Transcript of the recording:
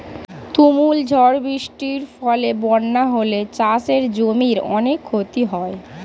তুমুল ঝড় বৃষ্টির ফলে বন্যা হলে চাষের জমির অনেক ক্ষতি হয়